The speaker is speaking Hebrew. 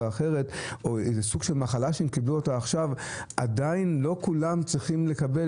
אחרת או איזה סוג של מחלה שעדיין לא כולם צריכים לעבור ועדה.